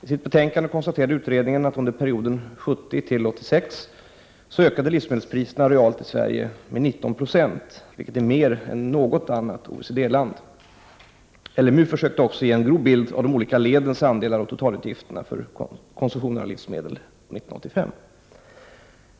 I sitt betänkande konstaterade utredningen att under perioden 1970-1986 ökade livsmedelspriserna realt i Sverige med 19 9, vilket är mer än i något annat OECD-land. LMU försökte också ge en grov bild av de olika ledens andelar av totalutgifterna för livsmedelskonsumtionen år 1985.